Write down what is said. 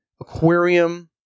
aquarium